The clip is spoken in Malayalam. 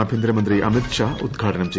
ആഭ്യന്തരമന്ത്രി അമിത് ഷാ ഉദ്ഘാടനം ചെയ്യും